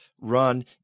run